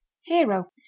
Hero